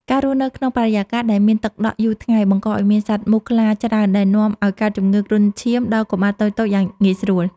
ការរស់នៅក្នុងបរិយាកាសដែលមានទឹកដក់យូរថ្ងៃ បង្កឱ្យមានសត្វមូសខ្លាច្រើន ដែលនាំឱ្យកើតជំងឺគ្រុនឈាមដល់កុមារតូចៗយ៉ាងងាយស្រួល។